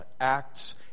acts